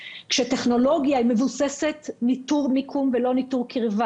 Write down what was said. וכשהטכנולוגיה מבוססת ניטור מיקום ולא ניטור קרבה